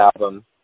album